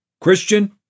Christian